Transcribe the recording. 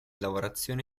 lavorazione